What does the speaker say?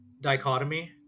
dichotomy